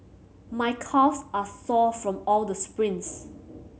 my calves are sore from all the sprints